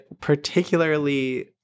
particularly